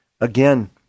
Again